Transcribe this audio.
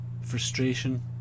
frustration